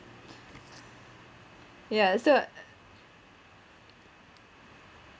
yeah so